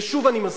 ושוב אני מזכיר,